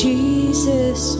Jesus